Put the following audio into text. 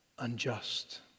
unjust